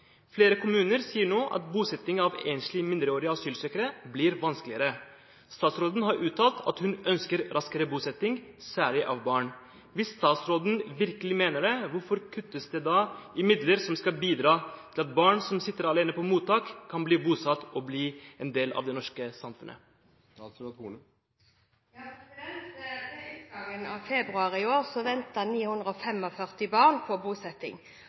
Flere kommuner sier nå at bosetting av enslige mindreårige asylsøkere blir vanskeligere. Statsråden har uttalt at hun ønsker raskere bosetting, særlig av barn. Hvis statsråden virkelig mener det, hvorfor kuttes det da i midler som skal bidra til at barn som sitter alene på mottak, kan bli bosatt og bli en del av det norske samfunnet?» Ved utgangen av februar i år ventet 945 barn på bosetting. Av disse har 434 fått kommuneplass og